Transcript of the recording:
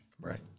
Right